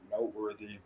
noteworthy